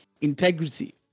integrity